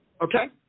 Okay